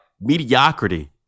mediocrity